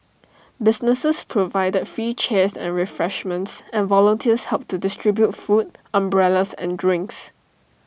businesses provided free chairs and refreshments and volunteers helped to distribute food umbrellas and drinks